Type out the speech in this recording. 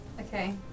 Okay